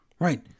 Right